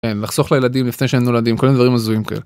מחסוך לילדים לפני שהם נולדים כל הדברים הזויים.